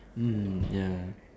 mm ya